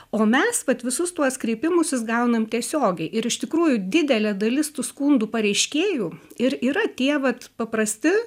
o mes vat visus tuos kreipimusis gaunam tiesiogiai ir iš tikrųjų didelė dalis tų skundų pareiškėjų ir yra tie vat paprasti